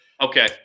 Okay